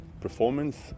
performance